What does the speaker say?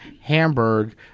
Hamburg